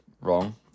wrong